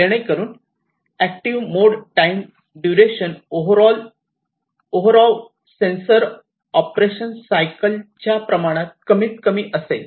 जेणेकरून active mode time duration overall sensor operation सायकलच्या प्रमाणात कमीत कमी असेल